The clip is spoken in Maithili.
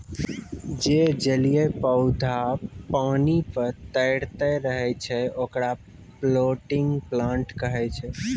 जे जलीय पौधा पानी पे तैरतें रहै छै, ओकरा फ्लोटिंग प्लांट कहै छै